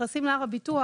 נכנסים להר הביטוח,